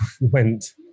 went